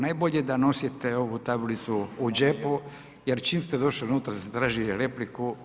Najbolje da nosite ovu tablicu u džepu jer čim ste došli unutra, zatražili ste repliku.